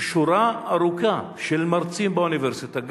ששורה ארוכה של מרצים באוניברסיטה,